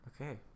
Okay